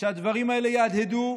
שהדברים האלה יהדהדו,